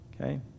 Okay